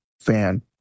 fan